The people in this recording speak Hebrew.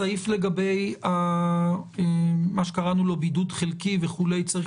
הסעיף לגבי מה שקראנו לו בידוד חלקי וכו' צריך